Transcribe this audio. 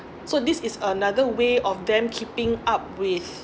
so this is another way of them keeping up with